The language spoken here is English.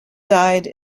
died